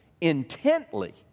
intently